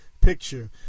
picture